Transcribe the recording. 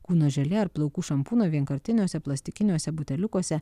kūno želė ar plaukų šampūno vienkartiniuose plastikiniuose buteliukuose